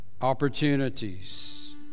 opportunities